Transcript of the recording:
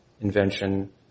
invention